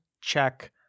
check